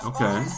Okay